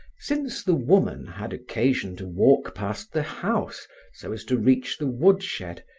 since the woman had occasion to walk past the house so as to reach the woodshed,